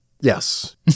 Yes